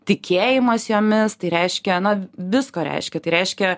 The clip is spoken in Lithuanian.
tikėjimas jomis tai reiškia na visko reiškia tai reiškia